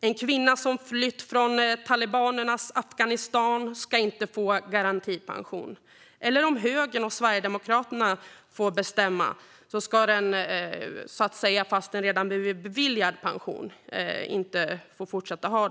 En kvinna som flytt från talibanernas Afghanistan ska inte få garantipension. Och om högern och Sverigedemokraterna får bestämma ska den som redan blivit beviljad pension inte få behålla den.